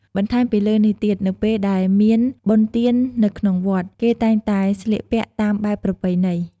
បន្ថែមពីលើនេះទៀត នៅពេលដែលមានបុណ្យទាននៅក្នុងវត្ត គេតែងតែស្លៀកពាក់តាមបែបប្រពៃណី។